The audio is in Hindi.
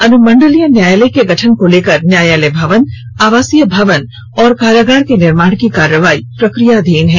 अनुमंडलीय न्यायालय के गठन को लेकर न्यायालय भवन आवासीय भवन और कारागार के निर्माण की कार्रवाई प्रक्रियाधीन है